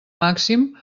màxim